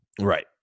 Right